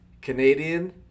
Canadian